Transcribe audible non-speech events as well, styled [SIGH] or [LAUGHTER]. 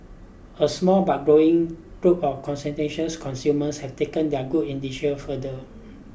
a small but growing group of [UNINTELLIGIBLE] consumers have taken their good [UNINTELLIGIBLE] further